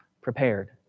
prepared